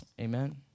Amen